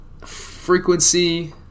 frequency